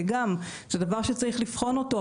גם זה דבר שצריך לבחון אותו,